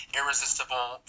irresistible